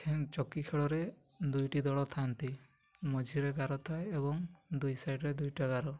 ଚକି ଖେଳରେ ଦୁଇଟି ଦଳ ଥାଆନ୍ତି ମଝିରେ ଗାର ଥାଏ ଏବଂ ଦୁଇ ସାଇଡ଼୍ରେ ଦୁଇଟା ଗାର